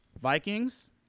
Vikings